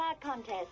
Contest